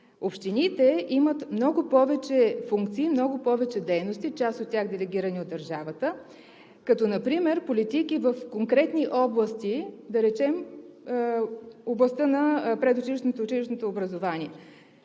Общините имат много повече функции, много повече дейности, част от тях делегирани от държавата, като например политики в конкретни области, да речем, в областта на предучилищното и училищното образование.